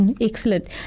Excellent